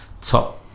top